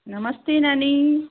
नमस्ते नानी